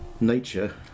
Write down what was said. Nature